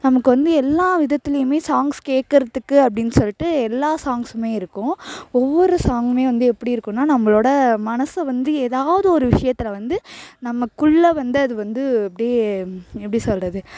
நமக்கு வந்து எல்லா விதத்துலையுமே சாங்க்ஸ் கேட்கறதுக்கு அப்படின் சொல்லிட்டு எல்லா சாங்க்ஸ்ஸுமே இருக்கும் ஒவ்வொரு சாங்க்மே வந்து எப்படி இருக்குன்னா நம்மளோட மனசை வந்து எதாவது ஒரு விஷயத்தில் வந்து நமக்குள்ளே வந்து அது வந்து அப்படியே எப்படி சொல்லுறது